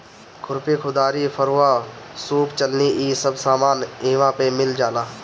खुरपी, कुदारी, फरूहा, सूप चलनी इ सब सामान इहवा पे मिल जाला